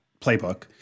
playbook